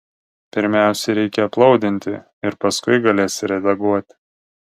pirmiausiai reikia aplaudinti ir paskui galėsi redaguot